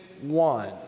one